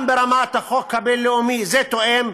וגם ברמת החוק הבין-לאומי זה תואם,